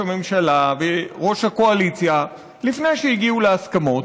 הממשלה וראש הקואליציה לפני שהגיעו להסכמות.